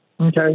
Okay